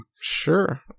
Sure